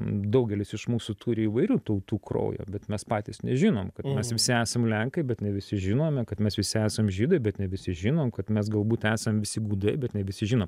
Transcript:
daugelis iš mūsų turi įvairių tautų kraujo bet mes patys nežinom kad mes visi esam lenkai bet ne visi žinome kad mes visi esam žydai bet ne visi žinom kad mes galbūt esam visi gūdai bet ne visi žinom